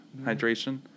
Hydration